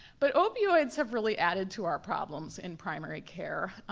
but opioids have really added to our problems in primary care.